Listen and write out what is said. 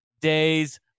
days